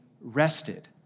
rested